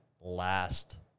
last